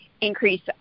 increase